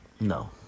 No